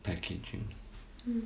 packaging